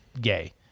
gay